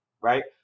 right